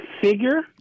figure